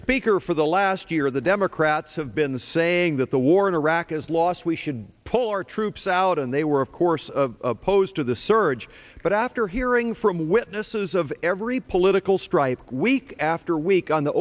speaker for the last year the democrats have been saying that the war in iraq is lost we should pull our troops out and they were of course of opposed to the surge but after hearing from witnesses of every political stripe week after week on the